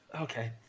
Okay